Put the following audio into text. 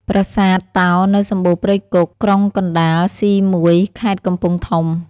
ប្រាសាទតោនៅសម្បូរព្រៃគុក ក្រុមកណ្ដាល C1 ខេត្តកំពង់ធំ។